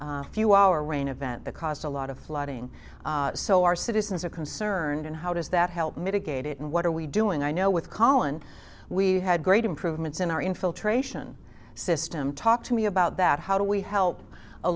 that few hour rain event that caused a lot of flooding so our citizens are concerned and how does that help mitigate it and what are we doing i know with collen we had great improvements in our infiltration system talk to me about that how do we help